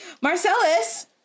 Marcellus